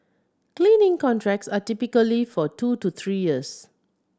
cleaning contracts are typically for two to three years